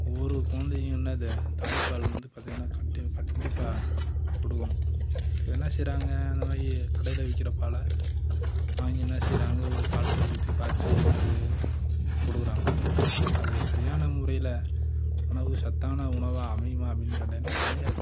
ஒவ்வொரு குழந்தைக்கும் என்னது தாய்பால் வந்து பார்த்திங்கன்னா கண்டி கண்டிப்பாக கொடுக்குணும் இப்போ என்ன செய்யறாங்க இந்த மாதிரி கடையில் விற்கிற பாலை வாங்கி என்ன செய்யறாங்க ஒரு பாட்டில ஊற்றி காய்ச்சி என்னது கொடுக்குறாங்க அது சரியான முறையில் உணவு சத்தான உணவாக அமையுமா அப்படினு கேட்டீங்கன்னா அமையாது